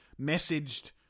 messaged